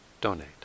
donate